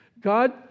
God